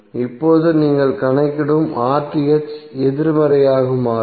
இப்போது நீங்கள் கணக்கிடும் எதிர்மறையாக மாறும்